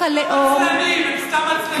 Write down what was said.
הם סתם עצלנים.